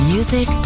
Music